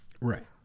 Right